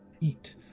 eat